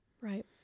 right